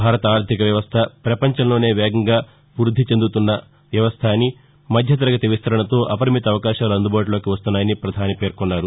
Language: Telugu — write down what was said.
భారత ఆర్దిక వ్యవస్థ పపంచంలోనే వేగంగా వృద్ధి చెందుతున్న వ్యవస్థ అని మధ్యతరగతి విస్తరణతో అపరిమిత అవకాశాలు అందుబాటులోకి వస్తున్నాయని పధాని పేర్కొన్నారు